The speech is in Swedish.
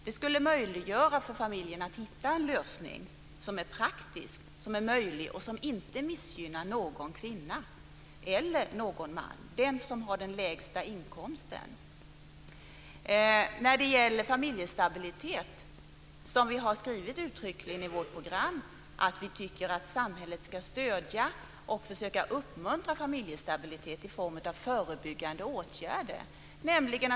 Det skulle möjliggöra för familjen att hitta en lösning som är praktisk, möjlig och som inte missgynnar någon kvinna eller någon man, dvs. den som har den lägsta inkomsten. Vi har uttryckligen i vårt program skrivit att vi tycker att samhället ska stödja och försöka uppmuntra familjestabilitet i form av förebyggande åtgärder.